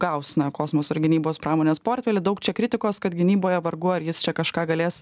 gaus na kosmoso ir gynybos pramonės portfelį daug čia kritikos kad gynyboje vargu ar jis kažką galės